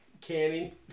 canning